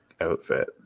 outfit